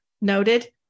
Noted